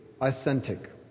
authentic